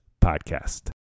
podcast